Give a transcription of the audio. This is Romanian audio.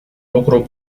lucru